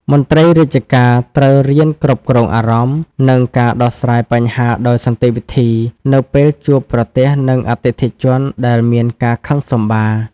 មន្ត្រីរាជការត្រូវរៀនគ្រប់គ្រងអារម្មណ៍ និងការដោះស្រាយបញ្ហាដោយសន្តិវិធី នៅពេលជួបប្រទះនឹងអតិថិជនដែលមានការខឹងសម្បារ។